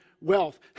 Wealth